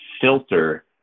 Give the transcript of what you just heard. filter